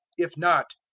if not,